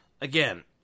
again